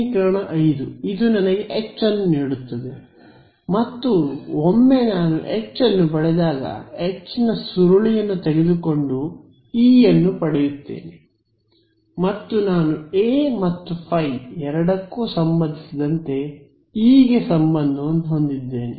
ಸಮೀಕರಣ 5 ಇದು ನನಗೆ H ನೀಡುತ್ತದೆ ಮತ್ತು ಒಮ್ಮೆ ನಾನು H ಅನ್ನು ಪಡೆದಾಗ H ನ ಸುರುಳಿಯನ್ನು ತೆಗೆದುಕೊಂಡು E ಅನ್ನು ಪಡೆಯುತ್ತೇನೆ ಮತ್ತು ನಾನು ಎ ಮತ್ತು ϕ ಎರಡಕ್ಕೂ ಸಂಬಂಧಿಸಿದಂತೆ ಇ ಗೆ ಸಂಬಂಧವನ್ನು ಹೊಂದಿದ್ದೇನೆ